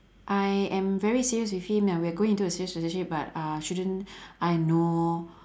I am very serious with him and we are going into a serious relationship but uh shouldn't I know